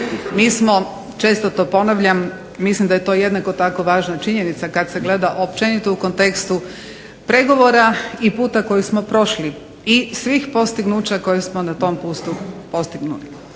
Mi smo, često to ponavljam, mislim da je to jednako tako važna činjenica kad se gleda općenito u kontekstu pregovora i puta koji smo prošli i svih postignuća koje smo na tom putu postigli.